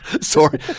Sorry